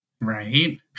Right